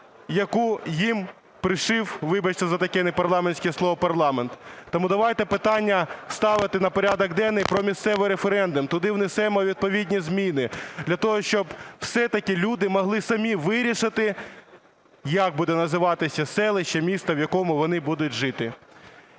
яку їм пришив, вибачте за таке непарламентське слово, парламент. Тому давайте питання ставити на порядок денний про місцевий референдум. Туди внесемо відповідні зміни для того, щоб все-таки люди могли самі вирішити, як буде називатися селище, місто, в якому вони будуть жити.